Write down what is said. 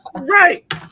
Right